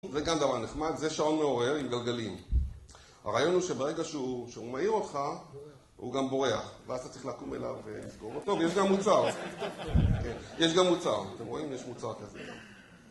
זה גם דבר נחמד, זה שעון מעורר עם גלגלים, הרעיון הוא שברגע שהוא מעיר אותך הוא גם בורח ואז אתה צריך לקום אליו ולסגור אותו, יש גם מוצר יש גם מוצר, אתם רואים? יש מוצר כזה.